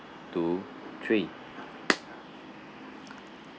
two three